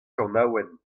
kanaouenn